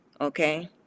Okay